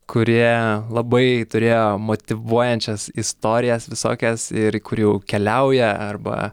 kurie labai turėjo motyvuojančias istorijas visokias ir į kur jau keliauja arba